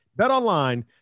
BetOnline